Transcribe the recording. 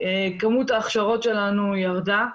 כמות ההכשרות שלנו ירדה.